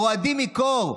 רועדים מקור,